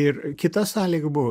ir kita sąlyga buvo